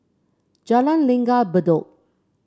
Jalan Langgar Bedok